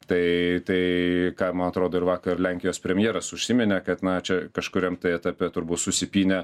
tai tai ką man atrodo ir vakar lenkijos premjeras užsiminė kad na čia kažkuriam tai etape turbūt susipynė